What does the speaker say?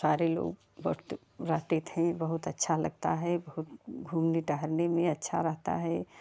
सारे लोग वक़्त रहते थे बहुत अच्छा लगता है घूमने टहलने में अच्छा रहता है